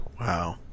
Wow